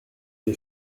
des